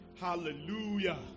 Hallelujah